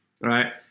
right